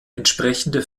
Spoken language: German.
entsprechende